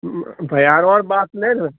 भैयारो बात नहि ने